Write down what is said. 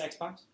Xbox